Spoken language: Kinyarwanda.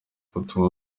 ubutumwa